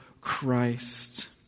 Christ